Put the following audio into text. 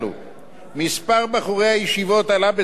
מספר בחורי הישיבות גדל בצורה ניכרת,